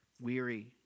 weary